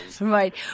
Right